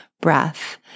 breath